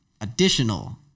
additional